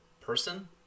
person